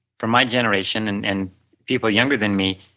for my generation and and people younger than me.